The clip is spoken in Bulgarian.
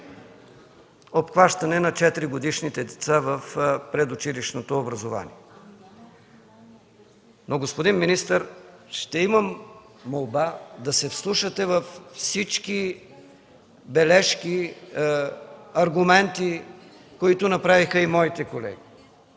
обхващане на четиригодишните деца в предучилищното образование. Господин министър, ще имам молба да се вслушате във всички бележки, аргументи, които направиха и моите колеги.